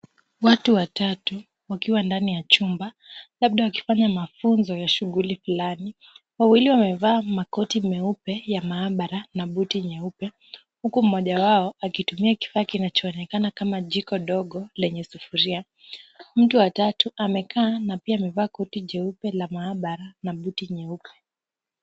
Watu watatu wakiwa ndani ya chumba, labda wakifanya mafunzo ya shughuli fulani. Wawili wamevaa makoti meupe ya maambara na buti nyeupe, huku mmoja wao akitumia kifaa kinachoonekana kama jiko dogo lenye sufuria. Mtu wa tatu amekaa na pia amevaa koti jeupe la maambara na buti nyeupe.